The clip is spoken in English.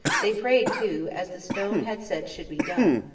they prayed too, as the stone had said should be done.